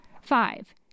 Five